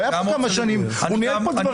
הוא היה פה כמה שנים, הוא ניהל פה דברים.